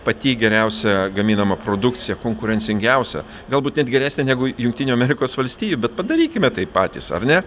pati geriausia gaminama produkcija konkurencingiausia galbūt net geresnė negu jungtinių amerikos valstijų bet padarykime tai patys ar ne